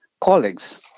colleagues